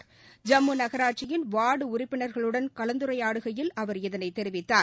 ஐம்மு நகராட்சியின் வார்டு உறப்பினர்களுடன் கலந்துரையாடுகையில் அவர் இதனைத் தெரிவித்தார்